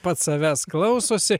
pats savęs klausosi